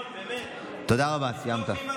תודה רבה, סיימת.